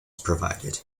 provided